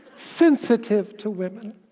sensitive to women,